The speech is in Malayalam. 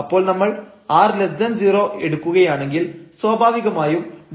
അപ്പോൾ നമ്മൾ r0 എടുക്കുകയാണെങ്കിൽ സ്വാഭാവികമായും Δf0 ആയിരിക്കും